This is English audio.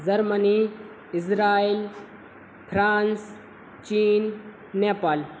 Germany Israel France China Nepal